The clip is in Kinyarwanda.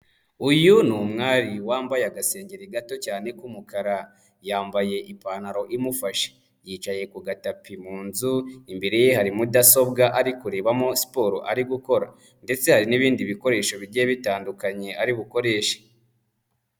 Uyu ni umwari wambaye agasengeri gato cyane k'umukara, yambaye ipantaro imufashe, yicaye ku gatapi mu nzu, imbere ye hari mudasobwa ari kurebamo siporo ari gukora ndetse hari n'ibindi bikoresho bigiye bitandukanye ari bukoreshe.